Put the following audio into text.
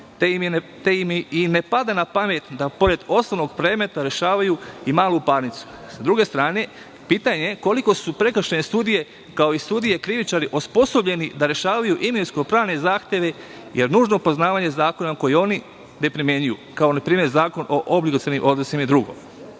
te im i ne pada na pamet da pored osnovnog predmeta rešavaju i malu parnicu. Sa druge strane pitanje - koliko su prekršajne sudije, kao i sudije krivičari, osposobljeni da rešavaju imovinsko-pravne zahteve je nužno poznavanje zakona koji oni ne primenjuju, kao npr. Zakon o obligacionim odnosima i dr.Javno